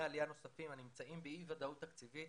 עלייה נוספים הנמצאים באי ודאות תקציבית